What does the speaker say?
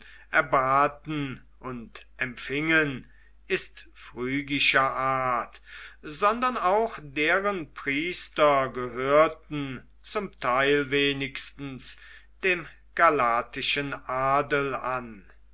erbaten und empfingen ist phrygischer art sondern auch deren priester gehörten zum teil wenigstens dem galatischen adel an